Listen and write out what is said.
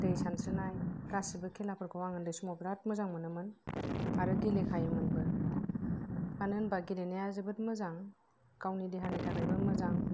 दै सानस्रिनाय गासिबो खेला फोरखौ आङो उन्दै समाव बिराथ मोजां मोनोमोन आरो गेलेखायोमोनबो मानो होनबा गेलेनाया जोबोत मोजां गावनि देहानि थाखायबो मोजां